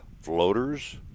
floaters